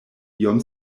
iom